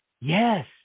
yes